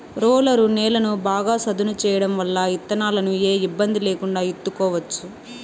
roller నేలను బాగా సదును చేయడం వల్ల ఇత్తనాలను ఏ ఇబ్బంది లేకుండా ఇత్తుకోవచ్చు